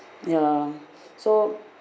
ya so